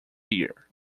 year